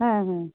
হ্যাঁ হ্যাঁ